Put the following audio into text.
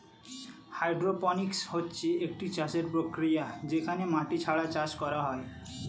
hydroponics হচ্ছে একটি চাষের প্রক্রিয়া যেখানে মাটি ছাড়া চাষ করা হয়